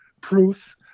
proof